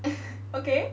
okay